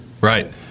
right